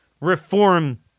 reform